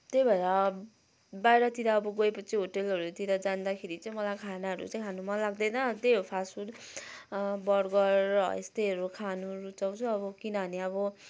त्यही भएर बाहिरतिर अब गएपछि होटलहरूतिर जाँदाखेरि चाहिँ मलाई खानाहरू चाहिँ खानु मन लाग्दैन त्यही हो फास्ट फुड बर्गर यस्तैहरू खानु रुचाउँछु अब किनभने अब